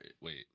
Wait